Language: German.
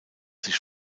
sich